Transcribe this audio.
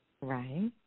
Right